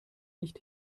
nicht